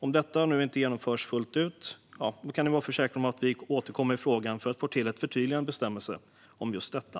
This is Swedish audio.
Om detta nu inte genomförs fullt ut kan man vara förvissad om att vi återkommer i frågan för att få till en förtydligande bestämmelse om detta.